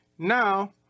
Now